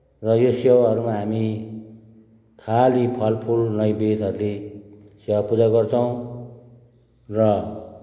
र सेवाहरूमा हामी खालि फलफुल नैवेदहरूले सेवा पूजा गर्छौँ र